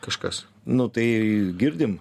kažkas nu tai girdim